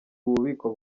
ububiko